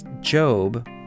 Job